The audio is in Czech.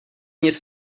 nic